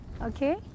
Okay